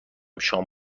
شام